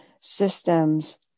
systems